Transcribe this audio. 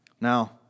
Now